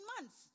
months